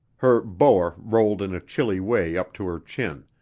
her boa rolled in a chilly way up to her chin,